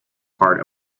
part